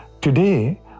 today